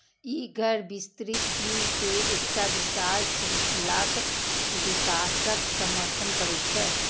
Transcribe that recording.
ई गैर विस्तृत जीव के एकटा विशाल शृंखलाक विकासक समर्थन करै छै